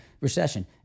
recession